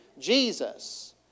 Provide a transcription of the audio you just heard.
Jesus